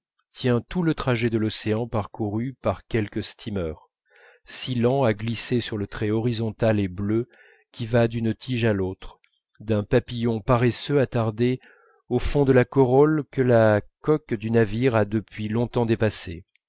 tient tout le trajet de l'océan parcouru par quelque steamer si lent à glisser sur le trait horizontal et bleu qui va d'une tige à l'autre qu'un papillon paresseux attardé au fond de la corolle que la coque du navire a depuis longtemps dépassée